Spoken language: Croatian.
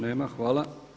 Nema. hvala.